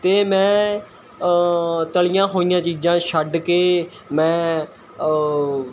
ਅਤੇ ਮੈਂ ਤਲ਼ੀਆਂ ਹੋਈਆਂ ਚੀਜ਼ਾਂ ਛੱਡ ਕੇ ਮੈਂ